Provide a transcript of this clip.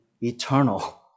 Eternal